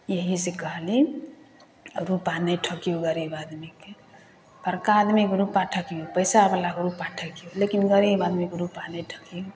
एहि से कहली रुपा नहि ठकिऔ गरीब आदमीके बड़का आदमीके रुपा ठकिऔ पइसावलाके रुपा ठकिऔ लेकिन गरीब आदमीके रुपा नहि ठकिऔ